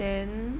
then